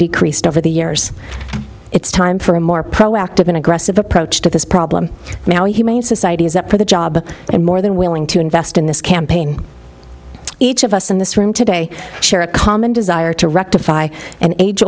decreased over the years it's time for a more proactive and aggressive approach to this problem now a humane society is up for the job and more than willing to invest in this campaign each of us in this room today share a common desire to rectify an age